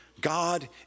God